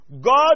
God